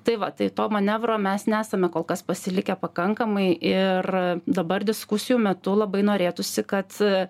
tai va tai to manevro mes nesame kol kas pasilikę pakankamai ir dabar diskusijų metu labai norėtųsi kad